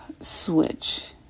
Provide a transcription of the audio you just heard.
switch